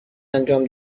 انجام